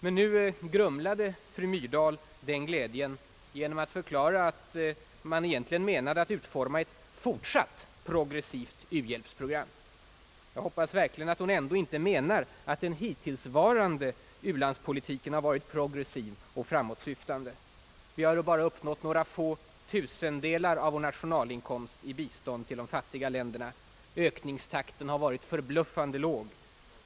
Men nu grumlade fru Myrdal den glädjen genom att förklara att man egentligen menade att utforma ett »fortsatt progressivt u-hjälpsprogram. Jag hoppas verkligen att hon ändå inte menar, att den hittillsvarande u-landspolitiken har varit progressiv och framåtsyftande. Vi har bara uppnått att ge några få tusendelar av vår nationalinkomst i bistånd till de fattiga länderna. Ökningstakten har varit förbluffande låg.